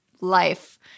life